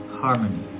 Harmony